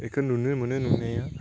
बेखौ नुनो मोनो नुनाया